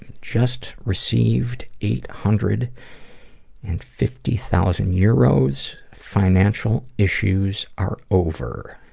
and just received eight hundred and fifty thousand euros, financial issues are over.